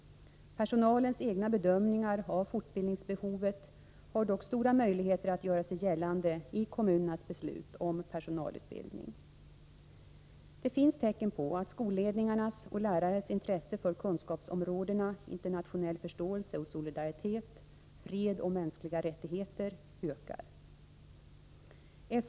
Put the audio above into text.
Personalens egna bedömningar av fortbildningsbehovet har dock stora 2 april 1984 möjligheter att göra sig gällande i kommunernas beslut om personalutbildper å Så Å Om åtgärder för att Det finns tecken på att skolledningars och lärares intresse för kunskapsomförbättra kunskarådena internationell förståelse och solidaritet, fred och mänskliga rättigheperna omde ter ökar.